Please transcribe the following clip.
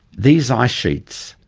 these ice sheets,